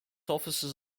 offices